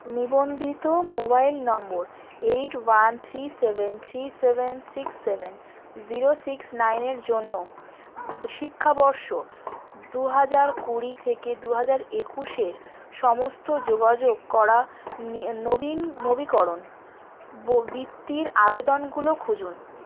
নিবন্ধিত mobile number eight one three seven three seven six seven zero six নাইনের জন্য শিক্ষাবর্ষ দু হাজার কুড়ি থেকে দু হাজার একুশের সমস্ত যোগাযোগ করা নবীন নবীকরণ বো বৃত্তির আবেদনগুলো খুঁজুন